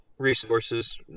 resources